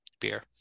beer